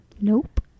Nope